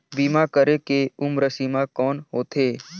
बीमा करे के उम्र सीमा कौन होथे?